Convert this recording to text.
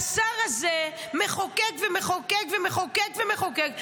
והשר הזה מחוקק ומחוקק ומחוקק ומחוקק,